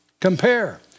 Compare